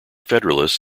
federalists